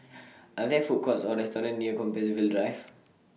Are There Food Courts Or restaurants near Compassvale Drive